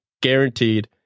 Guaranteed